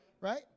right